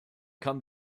come